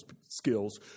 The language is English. skills